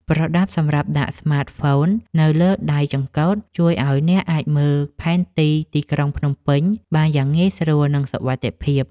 ប្រដាប់សម្រាប់ដាក់ស្មាតហ្វូននៅលើដៃចង្កូត ជួយឱ្យអ្នកអាចមើលផែនទីទីក្រុងភ្នំពេញបានយ៉ាងងាយស្រួល និងសុវត្ថិភាព។